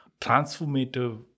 transformative